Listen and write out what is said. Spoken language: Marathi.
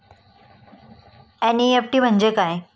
एन.इ.एफ.टी म्हणजे काय?